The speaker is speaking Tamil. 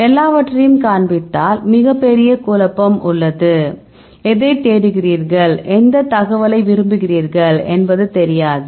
எல்லாவற்றையும் காண்பித்தால் ஒரு பெரிய குழப்பம் உள்ளது எதைத் தேடுகிறீர்கள் எந்த தகவலை விரும்புகிறீர்கள் என்பது தெரியாது